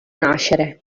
nascere